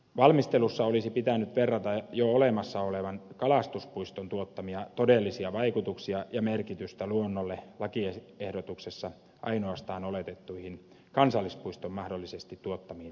valmistelussa olisi pitänyt verrata jo olemassa olevan kalastuspuiston tuottamia todellisia vaikutuksia ja merkitystä luonnolle lakiehdotuksessa ainoastaan oletettuihin kansallispuiston mahdollisesti tuottamiin vaikutuksiin